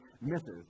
misses